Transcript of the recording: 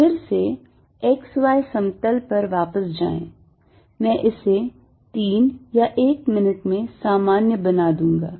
फिर से x y समतल पर वापस जाएं मैं इसे 3 या एक मिनट में सामान्य बना दूंगा